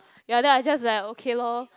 ya then I just like okay lor